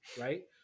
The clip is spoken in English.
right